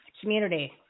community